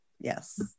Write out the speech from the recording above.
Yes